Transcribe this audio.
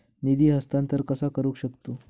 निधी हस्तांतर कसा करू शकतू?